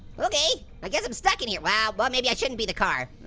okay. i guess i'm stuck in hee. ah ah but maybe i shouldn't be the car.